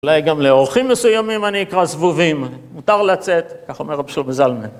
אולי גם לאורחים מסוימים אני אקרא זבובים, מותר לצאת, כך אומר רבי שלמה זלמן.